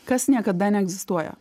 kas niekada neegzistuoja